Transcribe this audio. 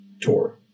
tour